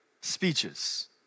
speeches